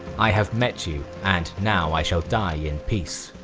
i have met you and now i shall die in peace.